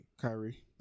Kyrie